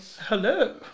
hello